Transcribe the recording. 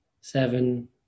seven